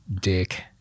dick